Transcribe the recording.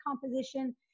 composition